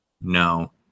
no